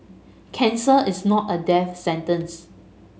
cancer is not a death sentence